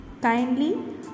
kindly